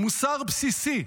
מוסר בסיסי,